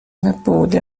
بوده